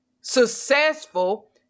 successful